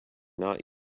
not